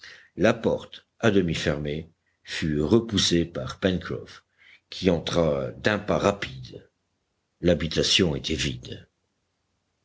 la porte à demi fermée fut repoussée par pencroff qui entra d'un pas rapide l'habitation était vide